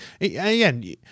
Again